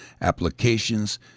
applications